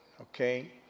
okay